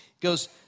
goes